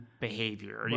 behavior